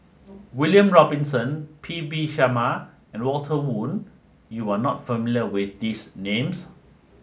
William Robinson P V Sharma and Walter Woon You are not familiar with these names